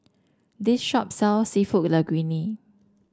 this shop sells seafood Linguine